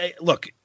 Look